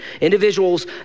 Individuals